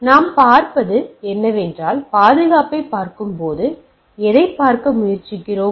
எனவே நாம் பார்ப்பது என்னவென்றால் பாதுகாப்பைப் பார்க்கும்போது நாம் எதைப் பார்க்க முயற்சிக்கிறோம்